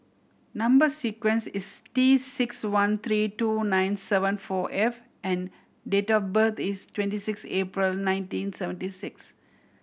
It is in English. number sequence is T six one three two nine seven four F and date of birth is twenty six April nineteen seventy six